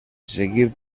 seguir